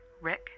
Rick